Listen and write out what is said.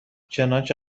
چنانچه